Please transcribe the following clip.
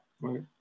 right